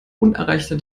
unerreichter